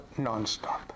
nonstop